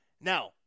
Now